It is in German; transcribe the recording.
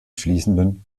fließenden